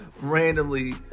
randomly